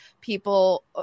people